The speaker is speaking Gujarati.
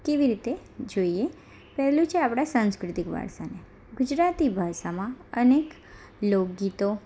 કેવી રીતે જોઈએ પહેલું છે આપણા સંસ્કૃતિક વારસાનનું ગુજરાતી ભાષામાં અનેક લોકગીતો